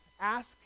ask